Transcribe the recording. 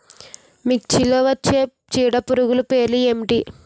మిర్చిలో వచ్చే చీడపురుగులు పేర్లు ఏమిటి?